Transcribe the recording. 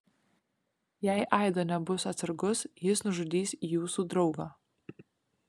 jei aido nebus atsargus jis nužudys jūsų draugą